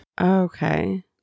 Okay